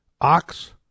ox